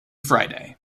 friday